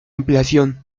ampliación